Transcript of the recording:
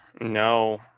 no